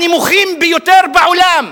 הנמוכים ביותר בעולם,